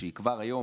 שהיא כבר היום,